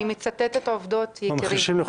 אני מצטטת עובדות, יקירי.